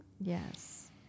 Yes